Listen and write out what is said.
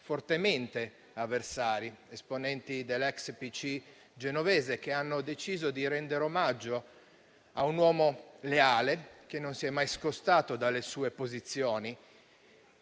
fortemente avversari, esponenti dell'ex PC genovese, che hanno deciso di rendere omaggio a un uomo leale, che non si è mai scostato dalle sue posizioni,